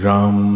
Ram